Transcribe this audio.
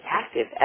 active